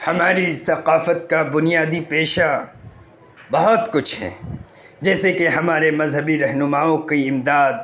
ہماری ثقافت کا بنیادی پیشہ بہت کچھ ہے جیسے کہ ہمارے مذہبی رہنماؤں کی امداد